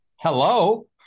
hello